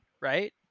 right